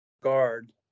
guard